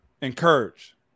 encourage